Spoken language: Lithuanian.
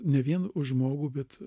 ne vien už žmogų bet